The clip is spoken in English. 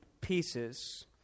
pieces